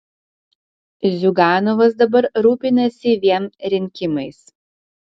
ziuganovas dabar rūpinasi vien rinkimais